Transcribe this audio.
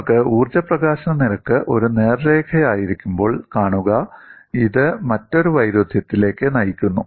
നിങ്ങൾക്ക് ഊർജ്ജ പ്രകാശന നിരക്ക് ഒരു നേർരേഖയായിരിക്കുമ്പോൾ കാണുക ഇത് മറ്റൊരു വൈരുദ്ധ്യത്തിലേക്ക് നയിക്കുന്നു